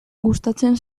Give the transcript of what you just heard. gustatzen